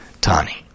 Tani